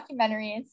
documentaries